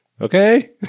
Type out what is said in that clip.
okay